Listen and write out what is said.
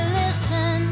listen